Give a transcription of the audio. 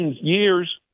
years